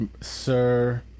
Sir